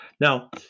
Now